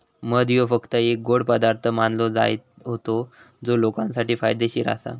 मध ह्यो फक्त एक गोड पदार्थ मानलो जायत होतो जो लोकांसाठी फायदेशीर आसा